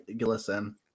listen